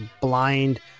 blind